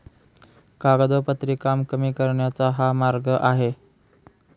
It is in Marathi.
कागदोपत्री काम कमी करण्याचा हा मार्ग आहे